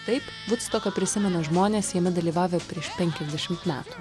taip vudstoką prisimena žmonės jame dalyvavę prieš penkiasdešimt metų